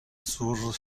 sur